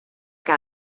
que